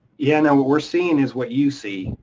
yeah, now what we're seeing is what you see,